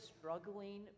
struggling